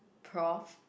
prof